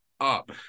up